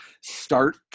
start